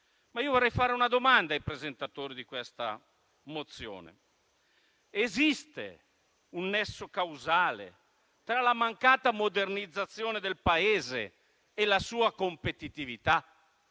Vorrei però fare una domanda ai presentatori di questa mozione; esiste un nesso causale tra la mancata modernizzazione del Paese e la sua competitività?